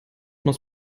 muss